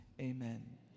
amen